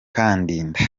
kandida